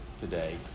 today